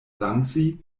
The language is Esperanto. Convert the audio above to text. danci